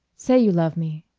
say you love me,